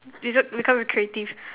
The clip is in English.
is it because creative